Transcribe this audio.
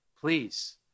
please